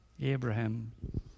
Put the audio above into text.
Abraham